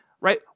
right